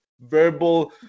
verbal